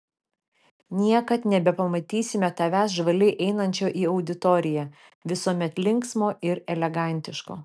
niekad nebepamatysime tavęs žvaliai einančio į auditoriją visuomet linksmo ir elegantiško